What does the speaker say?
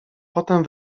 potem